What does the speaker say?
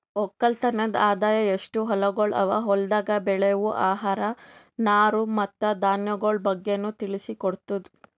ಒಕ್ಕಲತನದ್ ಆದಾಯ, ಎಸ್ಟು ಹೊಲಗೊಳ್ ಅವಾ, ಹೊಲ್ದಾಗ್ ಬೆಳೆವು ಆಹಾರ, ನಾರು ಮತ್ತ ಧಾನ್ಯಗೊಳ್ ಬಗ್ಗೆನು ತಿಳಿಸಿ ಕೊಡ್ತುದ್